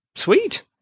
sweet